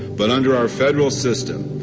but under our federal system,